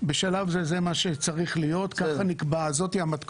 בשלב זה, זה מה שצריך להיות, זאת המתכונת.